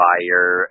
Fire